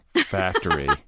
factory